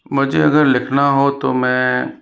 मुझे अगर लिखना हो तो मैं